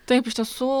taip iš tiesų